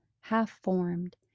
half-formed